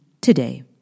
today